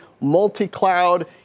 multi-cloud